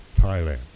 Thailand